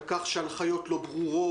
על כך שההנחיות לא ברורות,